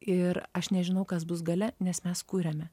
ir aš nežinau kas bus gale nes mes kuriame